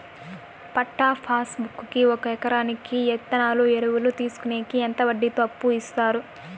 పట్టా passbook కి ఒక ఎకరాకి విత్తనాలు, ఎరువులు తీసుకొనేకి ఎంత వడ్డీతో అప్పు ఇస్తారు?